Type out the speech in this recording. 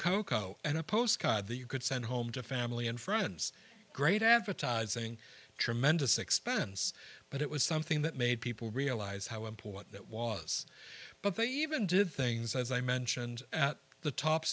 cocoa and a postcard that you could send home to family and friends great advertising tremendous expense but it was something that made people realize how important that was but they even did things as i mentioned at the top